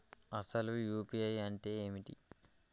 అసలు యూ.పీ.ఐ అంటే ఏమిటి?